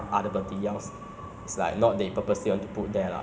so that's one thing I would do lah if I would find that one thousand dollars on the floor